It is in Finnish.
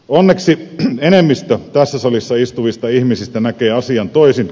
onneksi enemmistö tässä salissa istuvista ihmisistä näkee asian toisin